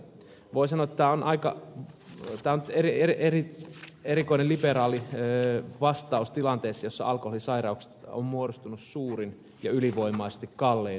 voi sanoa että tämä on aika erikoinen liberaali vastaus tilanteessa jossa alkoholisairauksista on muodostunut suurin ja ylivoimaisesti kallein kansanterveysongelma